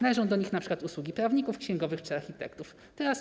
Należą do nich np. usługi prawników, księgowych czy architektów.